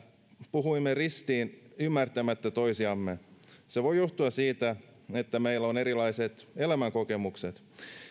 puhuimme ristiin ymmärtämättä toisiamme se voi johtua siitä että meillä on erilaiset elämänkokemukset